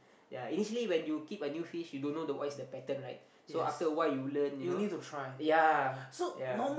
ya initially when you keep a new fish you don't know what's the pattern like so after a while you learn you know ya ya